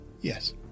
Yes